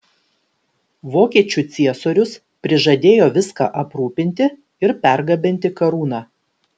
vokiečių ciesorius prižadėjo viską aprūpinti ir pergabenti karūną